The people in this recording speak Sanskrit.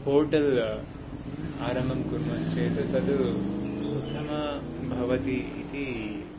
होटेल् आरम्भं कुर्मःश्चेत् तद् उत्तमं भवति इति